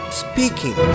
speaking